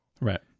right